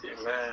Amen